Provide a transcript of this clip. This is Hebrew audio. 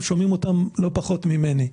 ואתם שומעים אותם לא פחות ממני.